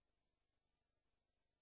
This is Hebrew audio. נוסף על כך אושרה תוכנית לתשתיות